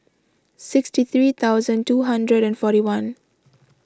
sixty three thousand two hundred and forty one